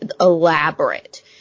elaborate